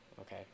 Okay